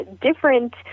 different